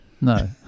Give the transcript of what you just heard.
No